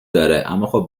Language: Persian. داره، اماخب